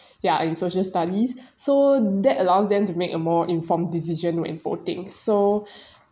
ya in social studies so that allows them to make a more informed decision when voting so